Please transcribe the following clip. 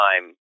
time